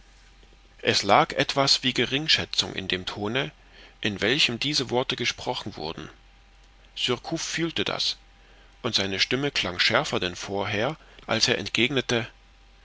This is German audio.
es lag etwas wie geringschätzung in dem tone in welchem diese worte gesprochen wurden surcouf fühlte das und seine stimme klang schärfer denn vorher als er entgegnete